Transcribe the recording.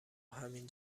همین